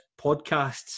podcasts